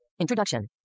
introduction